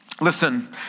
Listen